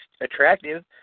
attractive